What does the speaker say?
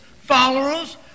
followers